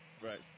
right